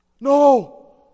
No